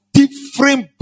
different